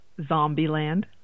Zombieland